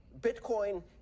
Bitcoin